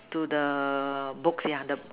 to the book yeah the